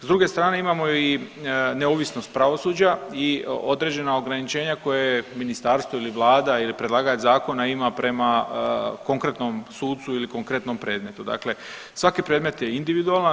S druge strane imamo i neovisnost pravosuđa i određena ograničenja koje ministarstvo ili vlada ili predlagač zakona ima prema konkretnom sucu ili konkretnom predmetu, dakle svaki predmet je individualan.